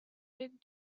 big